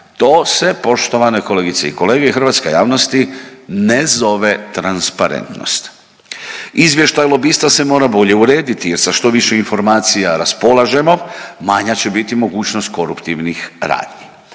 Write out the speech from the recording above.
To se poštovane kolegice i kolege, hrvatska javnosti ne zove transparentnost. Izvještaj lobista se mora bolje urediti jer sa što više informacija raspolažemo manja će biti mogućnost koruptivnih radnji.